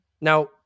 Now